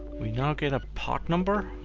we now get a part number,